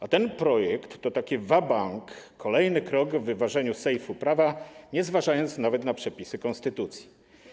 A ten projekt to takie va banque, kolejny krok w wyważeniu sejfu prawa, bez zważania nawet na przepisy konstytucji.